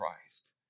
Christ